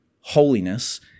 holiness